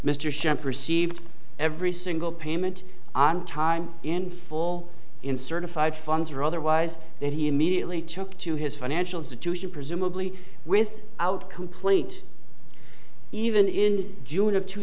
sieved every single payment on time in full in certified funds or otherwise that he immediately took to his financial institution presumably with out complaint even in june of two